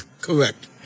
Correct